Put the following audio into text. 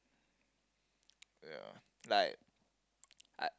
ya like I